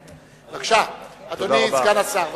בבקשה, אדוני סגן השר.